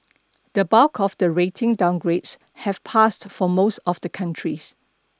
the bulk of the rating downgrades have passed for most of the countries